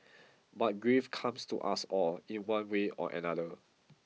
but grief comes to us all in one way or another